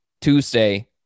Tuesday